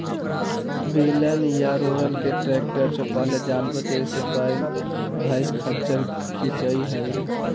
बेलन या रोलर के ट्रैक्टर से पहले जानवर, जैसे वैल, भैंसा, खच्चर खीचई हलई